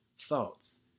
thoughts